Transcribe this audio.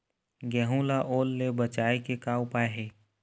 गेहूं ला ओल ले बचाए के का उपाय हे?